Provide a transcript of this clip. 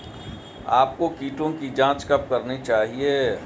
आपको कीटों की जांच कब करनी चाहिए?